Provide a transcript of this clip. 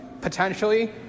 potentially